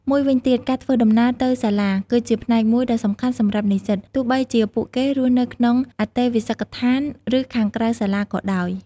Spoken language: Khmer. មួយវិញទៀត ការធ្វើដំណើរទៅសាលា គឺជាផ្នែកមួយដ៏សំខាន់សម្រាប់និស្សិត ទោះបីជាពួកគេរស់នៅក្នុងអន្តេវាសិកដ្ឋាន ឬខាងក្រៅសាលាក៏ដោយ។